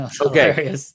Okay